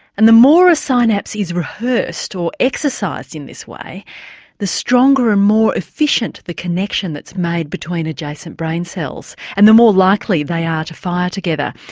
and the more a synapse is rehearsed or exercised in this way the stronger and more efficient the connection that's made between adjacent brain cells and the more likely they are to fire together.